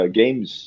games